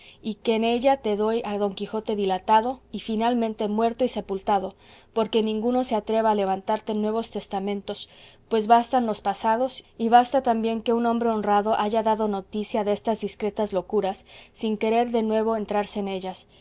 y que en ella te doy a don quijote dilatado y finalmente muerto y sepultado porque ninguno se atreva a levantarle nuevos testimonios pues bastan los pasados y basta también que un hombre honrado haya dado noticia destas discretas locuras sin querer de nuevo entrarse en ellas